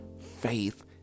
faith